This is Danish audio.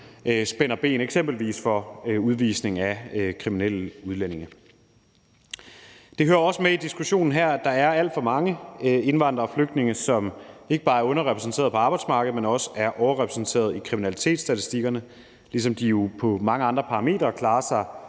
spænder ben for eksempelvis udvisning af kriminelle udlændinge. Det hører også med i diskussionen her, at der er alt for mange indvandrere og flygtninge, som ikke bare er underrepræsenteret på arbejdsmarkedet, men også er overrepræsenteret i kriminalitetsstatistikkerne, ligesom de jo på mange andre parametre klarer sig